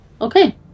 Okay